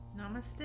Namaste